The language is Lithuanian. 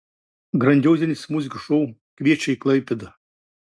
grandiozinis muzikos šou kviečia į klaipėdą